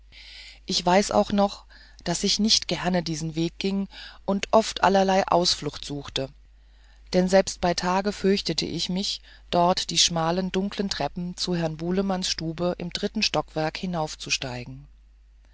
ich weiß auch noch daß ich nicht gern diese wege ging und oft allerlei ausflucht suchte denn selbst bei tage fürchtete ich mich dort die schmalen dunkeln treppen zu herrn bulemanns stube im dritten stockwerk hinaufzusteigen